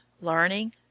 learning